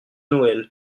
noël